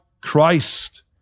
Christ